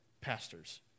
pastors